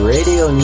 Radio